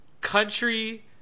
country